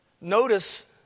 Notice